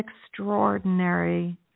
extraordinary